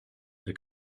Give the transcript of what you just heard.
the